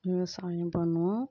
விவசாயம் பண்ணுவோம்